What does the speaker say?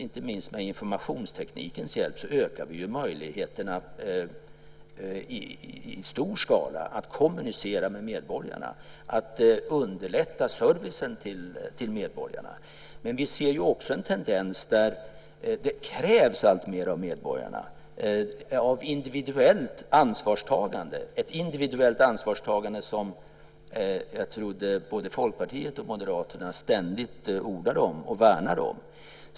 Inte minst med informationsteknikens hjälp ökar vi möjligheten i stor skala att kommunicera med medborgarna och underlätta servicen till medborgarna. Men vi ser också en tendens till att det krävs alltmer av medborgarna när det gäller ett individuellt ansvarstagande. Det är ett individuellt ansvarstagande som jag trodde att både Folkpartiet och Moderaterna ständigt ordade om och värnade om.